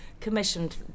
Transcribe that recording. commissioned